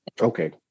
Okay